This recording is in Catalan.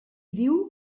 diu